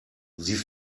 sie